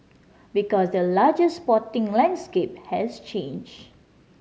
because the larger sporting landscape has changed